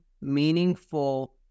meaningful